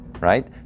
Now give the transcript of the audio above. right